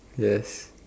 yes